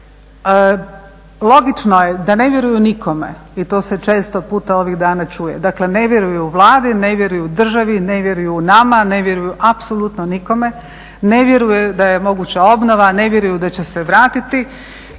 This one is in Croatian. Logično je da ne vjeruju nikome i to se često puta ovih dana čuje, dakle ne vjeruju Vladi, ne vjeruju državi, ne vjeruju nama, ne vjeruju apsolutno nikome, ne vjeruje da je moguća obnova, ne vjeruju da će se vratiti